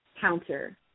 counter